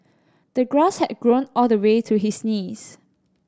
the grass had grown all the way to his knees